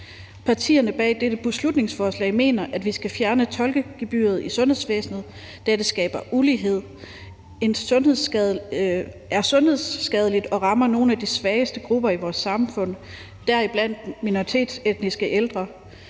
Partierne bag dette beslutningsforslag mener, at vi skal fjerne tolkegebyret i sundhedsvæsenet, da det skaber ulighed, er sundhedsskadeligt og rammer nogle af de svageste grupper i vores samfund, deriblandt minoritetsetniske ældre.